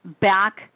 back